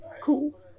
cool